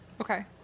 Okay